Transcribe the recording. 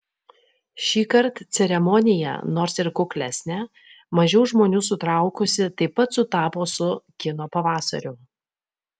šįkart ceremonija nors ir kuklesnė mažiau žmonių sutraukusi taip pat sutapo su kino pavasariu